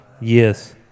Yes